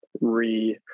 re